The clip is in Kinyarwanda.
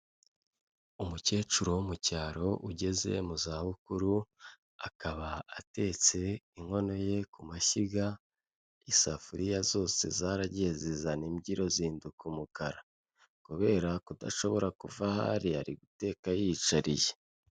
Umukecuru wo mu cyaro ugeze mu zabukuru, akaba atetse inkono ye ku mashyiga, isafuriya zose zaragiye zizana imbyiro zihinduka umukara, kubera kudashobora kuva aho ari ari guteka yiyicariye.